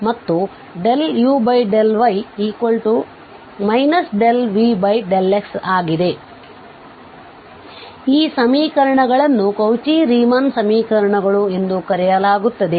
ಆದ್ದರಿಂದ ಈ ಸಮೀಕರಣಗಳನ್ನು ಕೌಚಿ ರೀಮನ್ ಸಮೀಕರಣಗಳು ಎಂದು ಕರೆಯಲಾಗುತ್ತದೆ